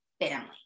family